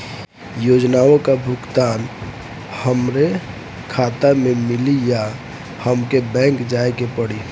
योजनाओ का भुगतान हमरे खाता में मिली या हमके बैंक जाये के पड़ी?